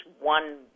one